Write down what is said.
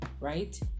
right